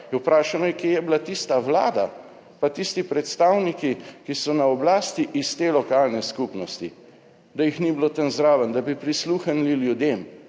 vprašal bi, kje je bila tista Vlada pa tisti predstavniki, ki so na oblasti iz te lokalne skupnosti, da jih ni bilo tam zraven, da bi prisluhnili ljudem.